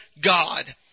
God